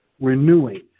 renewing